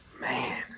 Man